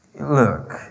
look